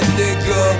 nigga